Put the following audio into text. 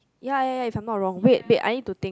ya ya ya if I'm not wrong wait wait I need to think